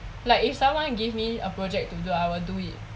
like if someone give me a project to do I will do it